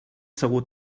segur